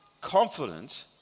confident